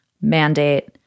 mandate